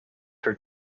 her